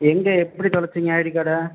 எங்கே எப்படி தொலைத்தீங்க ஐடி கார்டை